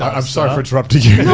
i'm sorry for interrupting you.